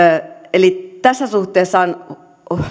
eli tässä suhteessa on